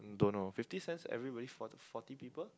don't know fifty cents everybody forty forty people